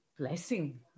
blessing